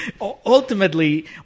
Ultimately